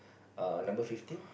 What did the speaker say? err number fifteen